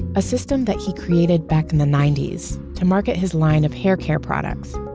a system that he created back in the ninety s to market his line of hair care products.